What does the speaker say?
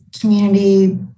community